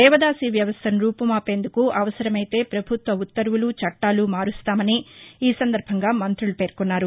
దేవదాసి వ్యవస్థను రూపుమాపేందుకు అవసరమైతే పభుత్వ ఉత్తర్వులు చట్టాలు మారుస్తామని ఈ సందర్బంగా మంతులు పేర్కొన్నారు